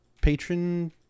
patron